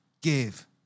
give